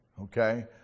okay